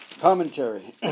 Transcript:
commentary